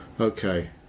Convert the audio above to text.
okay